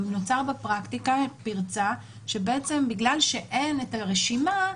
נוצרה בפרקטיקה פרצה שבגלל שאין את הרשימה.